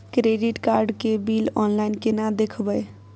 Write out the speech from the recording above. Credit card के bill online केना देखबय?